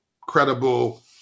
credible